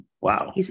wow